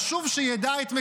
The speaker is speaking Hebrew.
חשוב שידע את מקומו.